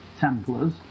templars